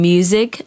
Music